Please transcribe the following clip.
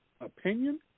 opinion